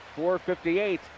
4.58